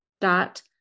dot